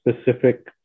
specific